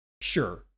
sure